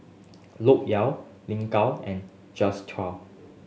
Loke Yew Lin Gao and Jules Itier